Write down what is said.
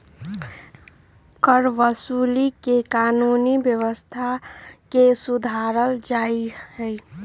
करवसूली से कानूनी व्यवस्था के सुधारल जाहई